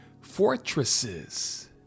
fortresses